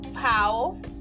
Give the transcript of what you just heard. Powell